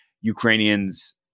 Ukrainians